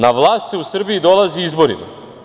Na vlast se u Srbiji dolazi izborima.